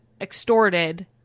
extorted